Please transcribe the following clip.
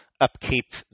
upkeep